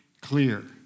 clear